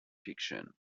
fiction